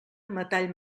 metall